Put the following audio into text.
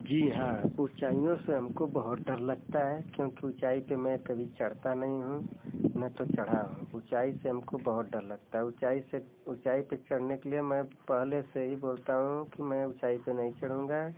जी हाँ ऊँचाइयों से हमको बहुत डर लगता है क्योंकि ऊँचाई पर मैं कभी चढ़ता नहीं हूँ न तो चढ़ा हूँ ऊँचाई से हमको बहुत डर लगता है ऊँचाई से ऊँचाई पर चढ़ने के लिए मैं पहले से ही बोलता हूँ कि मैं ऊँचाई पर नहीं चढ़ूँगा